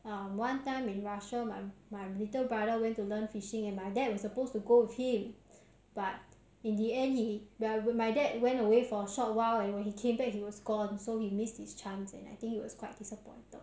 uh one time in russia my my little brother went to learn fishing and my dad was supposed to go with him but in the end he my my dad went away for a short while and when he came back he was gone so he missed his chance and I think he was quite disappointed